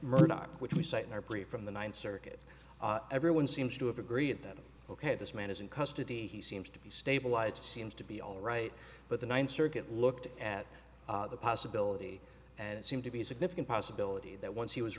murdoch which we cite in our plea from the ninth circuit everyone seems to have agreed that ok this man is in custody he seems to be stabilized seems to be all right but the ninth circuit looked at the possibility and it seemed to be a significant possibility that once he was